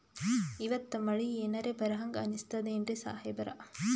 ಇವತ್ತ ಮಳಿ ಎನರೆ ಬರಹಂಗ ಅನಿಸ್ತದೆನ್ರಿ ಸಾಹೇಬರ?